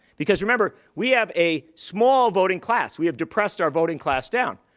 because remember, we have a small voting class. we have depressed our voting class down.